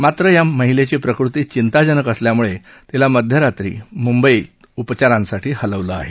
मात्र या महिलेची प्रकृती चिंताजनक असल्यानं तिला मध्यरात्री मंबईला उपचारासाठी हलवलं आहे